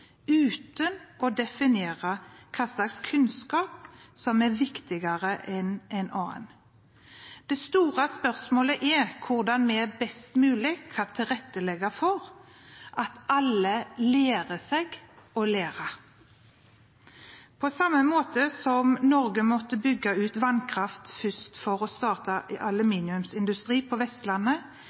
uten å definere hvilken kunnskap som er viktigere enn en annen. Det store spørsmålet er hvordan vi best mulig kan tilrettelegge for at alle lærer seg å lære. På samme måte som Norge måtte bygge ut vannkraft først for å starte aluminiumsindustri på Vestlandet,